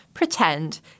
pretend